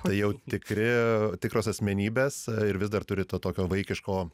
tai jau tikri tikros asmenybės ir vis dar turi to tokio vaikiško